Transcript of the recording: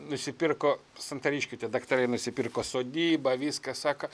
nusipirko santariškių tie daktarai nusipirko sodybą viskas saka